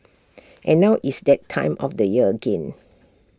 and now it's that time of the year again